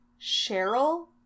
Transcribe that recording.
Cheryl